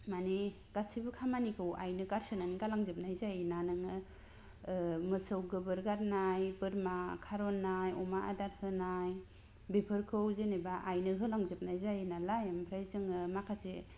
मानि गासैबो खामानिखो आइनो गारसोनानै गालां जोबनाय जायो ना नोंङो मोसौ गोबोर गारनाय बोरमा खारननाय अमा आदार होनाय बेफोरखौ जेनोबा आइनो होलां जोबनाय जायो नालाय ओमफ्राय जोंङो माखासे